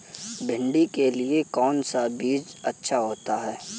भिंडी के लिए कौन सा बीज अच्छा होता है?